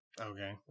Okay